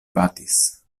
batis